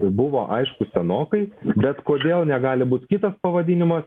buvo aišku senokai bet kodėl negali būt kitas pavadinimas